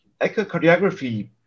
Echocardiography